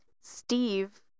Steve